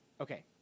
okay